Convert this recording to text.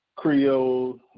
Creole